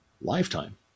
lifetime